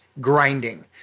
grinding